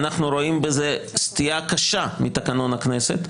אנחנו רואים בזה סטייה קשה מתקנון הכנסת,